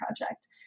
project